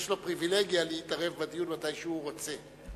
יש לו פריווילגיה להתערב בדיון מתי שהוא רוצה,